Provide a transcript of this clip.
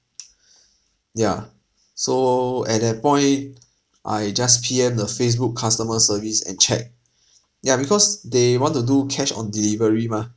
yeah so at that point I just P_M the facebook customer service and check ya because they want to do cash on delivery mah